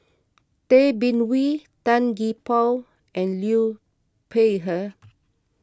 Tay Bin Wee Tan Gee Paw and Liu Peihe